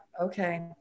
okay